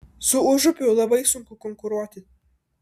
su užupiu labai sunku konkuruoti